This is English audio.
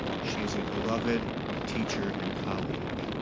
she is a beloved teacher and colleague.